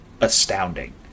astounding